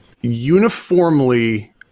uniformly